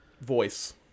voice